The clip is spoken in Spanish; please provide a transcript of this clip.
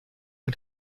del